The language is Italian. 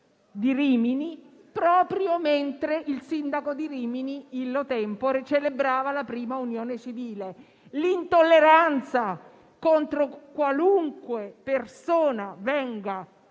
di Rimini, proprio mentre il sindaco, *illo tempore*, celebrava la prima unione civile. L'intolleranza contro qualunque persona venga,